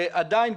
עדיין,